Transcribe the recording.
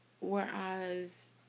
Whereas